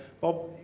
Bob